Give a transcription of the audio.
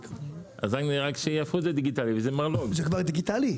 זה כבר דיגיטלי,